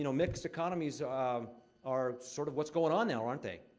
you know mixed economies um are sort of what's going on now, aren't they?